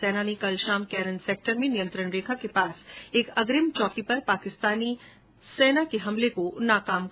सेना ने कल शाम केरन सेक्टर में नियंत्रण रेखा के पास एक अग्रिम चौकी पर पाकिस्तानी सेना के हमले को नाकाम कर दिया